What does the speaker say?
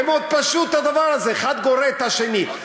זה מאוד פשוט, הדבר הזה, אחד גורר את השני.